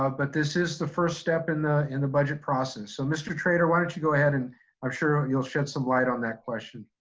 ah but this is the first step in the in the budget process. so mr. trader, why don't you go ahead and i'm sure you'll shed some light on that question.